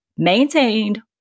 Maintained